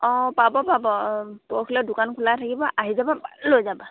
অঁ পাব পাব পৰহিলে দোকান খোলাই থাকিব আহি যাব লৈ যাবা